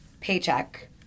paycheck